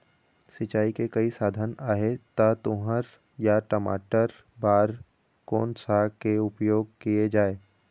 सिचाई के कई साधन आहे ता तुंहर या टमाटर बार कोन सा के उपयोग किए जाए?